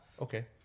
okay